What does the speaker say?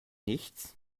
nichts